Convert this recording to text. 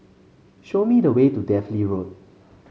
show me the way to Dalvey Road